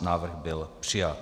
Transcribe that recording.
Návrh byl přijat.